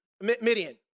Midian